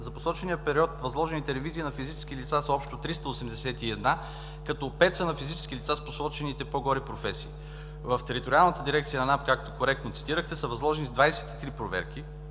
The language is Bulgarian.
За посочения период възложените ревизии на физически лица са общо 381, като пет са на физически лица с посочените по-горе професии. В Териториалната дирекция на НАП, както коректно цитирахте, са възложени 23 проверки